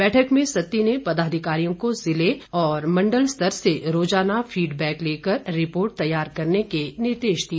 बैठक में सत्ती ने पदाधिकारियों को जिले और मंडल स्तर से रोजाना फीडबैक लेकर रिपोर्ट तैयार करने के निर्देश दिए